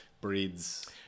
breeds